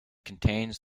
contains